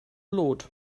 lot